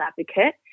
advocate